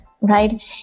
right